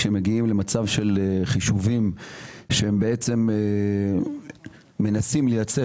כאשר מגיעים למצב של חישובים שהם בעצם מנסים לייצר